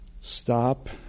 stop